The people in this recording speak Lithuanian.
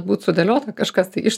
būt sudėliota kažkas tai iš